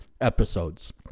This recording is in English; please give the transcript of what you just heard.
episodes